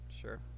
Sure